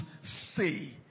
say